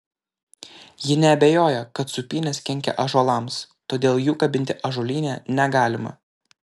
ji neabejoja kad sūpynės kenkia ąžuolams todėl jų kabinti ąžuolyne negalima